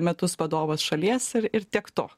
metus vadovas šalies ir ir tiek to